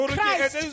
Christ